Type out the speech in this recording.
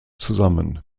zusammen